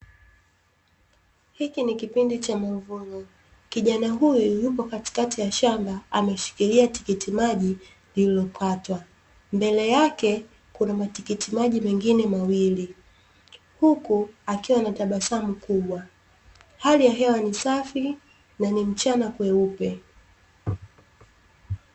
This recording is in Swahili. Hiki ni kipindi cha mavuno, kijana huyu yupo katikati ya shamba ameshikilia tikitimaji lililokatwa, mbele yake kuna matikitimaji mengine mawili, huku akiwa anatabasamu kubwa, hali ya hewa ni safi na ni mchana kweupe.